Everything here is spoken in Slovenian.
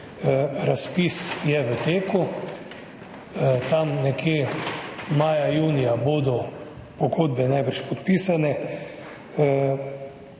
Razpis je v teku. Tam nekje maja, junija bodo pogodbe najbrž podpisane.